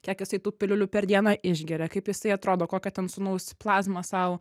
kiek jisai tų piliulių per dieną išgeria kaip jisai atrodo kokia ten sūnaus plazmą sau